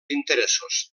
interessos